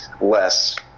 less